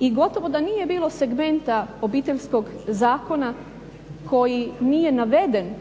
I gotovo da nije bilo segmenta obiteljskog zakona koji nije naveden